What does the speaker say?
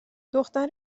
دختر